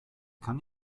kann